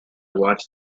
watched